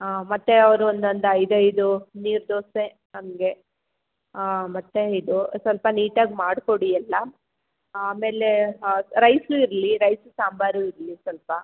ಹಾಂ ಮತ್ತೆ ಅವ್ರು ಒಂದೊಂದು ಐದೈದು ನೀರು ದೋಸೆ ಹಂಗೆ ಹಾಂ ಮತ್ತೆ ಇದು ಸ್ವಲ್ಪ ನೀಟಾಗಿ ಮಾಡಿಕೊಡಿ ಎಲ್ಲ ಆಮೇಲೆ ರೈಸು ಇರಲಿ ರೈಸು ಸಾಂಬರು ಇರಲಿ ಸ್ವಲ್ಪ